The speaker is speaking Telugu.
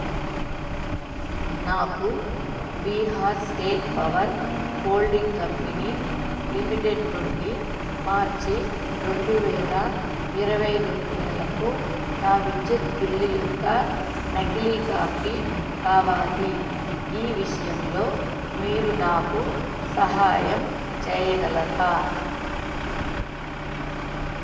నాకు Bihar state power holding company limited నుండి మార్చి రెండు వేల ఇరవై రెండు నెలకు నా విద్యుత్ బిల్లు యొక్క నకిలీ కాపీ కావాలి ఈ విషయంలో మీరు నాకు సహాయం చేయగలరా